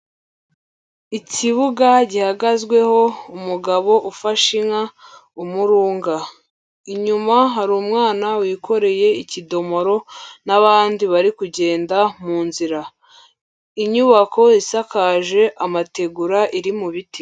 Ikibuga gihagazweho umugabo ufashe inka umurunga. Inyuma hari umwana wikoreye ikidomoro n'abandi bari kugenda mu nzira. Inyubako isakaje amategura, iri mu biti.